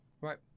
Right